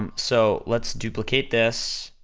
um so, let's duplicate this,